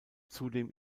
zudem